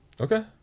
Okay